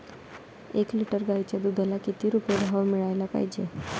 एक लिटर गाईच्या दुधाला किती रुपये भाव मिळायले पाहिजे?